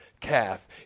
calf